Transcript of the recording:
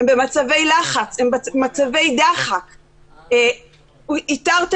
דווקא האוכלוסיות